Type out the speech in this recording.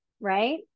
right